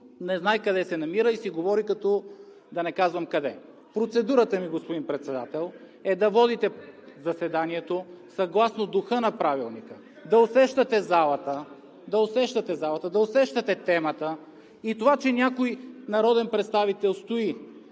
не знае къде се намира и си говори като – да не казвам къде. Процедурата ми, господин Председател, е да водите заседанието съгласно духа на Правилника, да усещате залата, да усещате темата и това, че някой народен представител стои